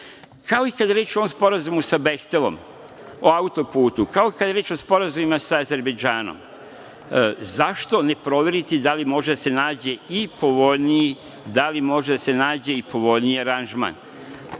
Kao i kada je reč o ovom sporazumu sa Behtelom o autoputu, kao i kada je reč o sporazumima sa Azerbejdžanom, zašto ne proveriti da li može da se nađe i povoljniji aranžman,